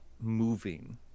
moving